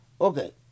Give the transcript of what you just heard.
Okay